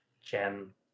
Gem